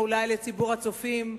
או אולי לציבור הצופים,